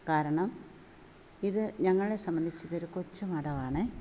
കാരണം ഇത് ഞങ്ങളെ സംബന്ധിച്ച് ഇതൊരു കൊച്ചു മഠമാണ്